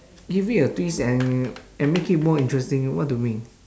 give it a twist and and make it more interesting what do you mean